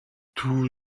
tous